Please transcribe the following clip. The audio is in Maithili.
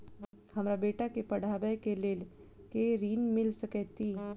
हमरा बेटा केँ पढ़ाबै केँ लेल केँ ऋण मिल सकैत अई?